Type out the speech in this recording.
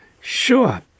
sure